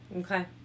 Okay